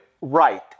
right